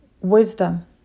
wisdom